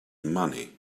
money